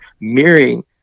mirroring